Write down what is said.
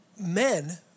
Men